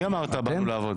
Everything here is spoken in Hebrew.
מי אמר באנו לעבוד?